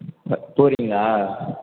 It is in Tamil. அ போகிறீங்களா